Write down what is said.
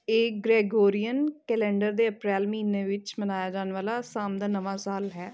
ਇਹ Gregorian calendar ਦੇ April ਮਹੀਨੇ ਵਿੱਚ ਮਨਾਇਆ ਜਾਣ ਵਾਲਾ ਅਸਾਮ ਦਾ ਨਵਾਂ ਸਾਲ ਹੈ